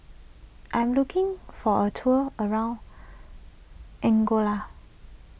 I am looking for a tour around Angola